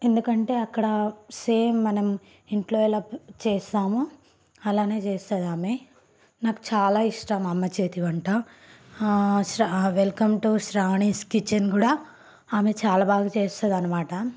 ఎందుకంటే అక్కడ సేమ్ మనం ఇంట్లో ఎలా చేస్తామో అలాగే చేస్తుంది ఆమె నాకు చాలా ఇష్టము అమ్మ చేతి వంట వెల్కమ్ టు శ్రావణీస్ కిచెన్ కూడా ఆమె చాలా బాగా చేస్తుంది అన్నమాట